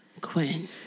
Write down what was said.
Quinn